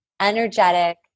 energetic